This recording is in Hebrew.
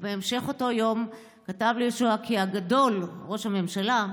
ובהמשך אותו יום כתב לישועה כי 'הגדול'" ראש הממשלה,